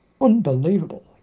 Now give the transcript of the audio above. Unbelievable